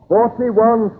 Forty-one